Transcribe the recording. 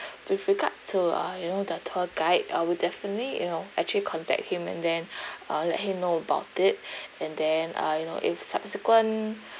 with regards to uh you know the tour guide I will definitely you know actually contact him and then uh let him know about it and then uh you know if subsequent